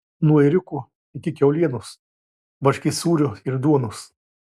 nuo ėriuko iki kiaulienos varškės sūrio ir duonos